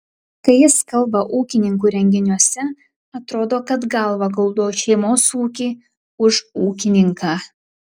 kai jis kalba ūkininkų renginiuose atrodo kad galvą guldo už šeimos ūkį už ūkininką